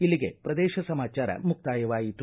ಇಲ್ಲಿಗೆ ಪ್ರದೇಶ ಸಮಾಚಾರ ಮುಕ್ತಾಯವಾಯಿತು